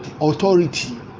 authority